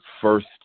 first